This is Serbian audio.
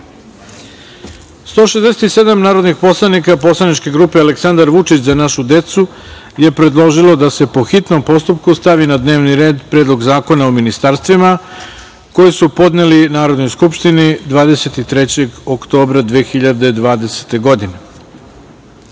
narodnih poslanika poslaničke grupe „Aleksandar Vučić – za našu decu“ je predložilo da se po hitnom postupku stavi na dnevni red Predlog zakona o ministarstvima koji su podneli Narodnoj skupštini 23. oktobra 2020.